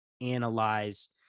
analyze